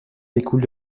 découle